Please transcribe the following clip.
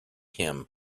him